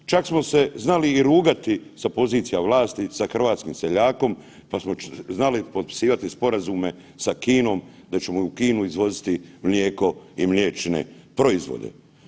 Čak smo se znali i rugati sa pozicija vlasti sa hrvatskim seljakom pa smo znali potpisivati sporazume sa Kinom da ćemo i u Kinu izvoziti mlijeko i mliječne proizvode.